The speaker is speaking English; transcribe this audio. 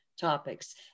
topics